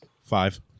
Five